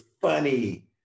funny